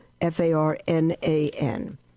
F-A-R-N-A-N